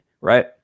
Right